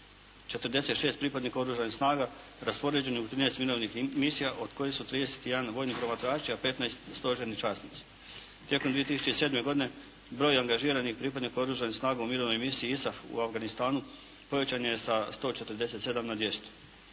46 pripadnika Oružanih snaga raspoređenih u 13 mirovnih misija, od kojih su 31 vojni promatrači, a 15 stožerni časnici. Tijekom 2007. godine broj angažiranih pripadnika Oružanih snaga u Mirovnoj misiji ISAF u Afganistanu povećan je sa 147 na 200.